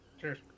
Cheers